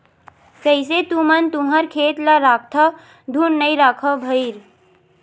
कइसे तुमन तुँहर खेत ल राखथँव धुन नइ रखव भइर?